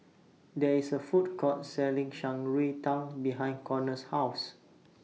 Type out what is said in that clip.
There IS A Food Court Selling Shan Rui Tang behind Connor's House